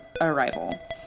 arrival